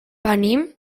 venim